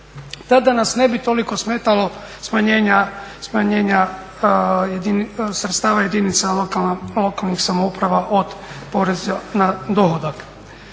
tada nas ne bi toliko smetalo smanjenja sredstava jedinica lokalnih samouprava od poreza na dohodak.